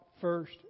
first